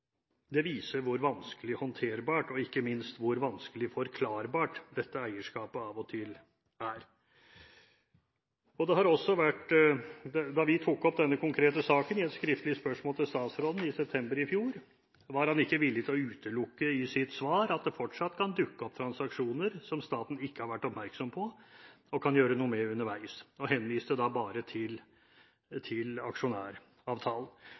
Det viser hvor vanskelig håndterbart, og ikke minst hvor vanskelig «forklarbart», dette eierskapet av og til er. Vi tok opp denne konkrete saken i et skriftlig spørsmål til statsråden i september i fjor. I sitt svar var han da ikke villig til å utelukke at det fortsatt kan dukke opp transaksjoner, som staten ikke har vært oppmerksom på og kan gjøre noe med underveis, og henviste da bare til aksjonæravtalen.